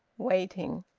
waiting.